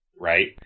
Right